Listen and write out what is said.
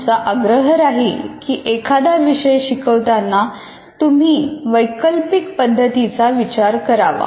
आमचा आग्रह राहील की एखादा विषय शिकवताना तुम्ही वैकल्पिक पद्धतींचा विचार करावा